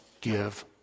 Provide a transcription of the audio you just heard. give